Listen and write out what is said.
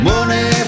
Money